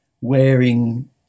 wearing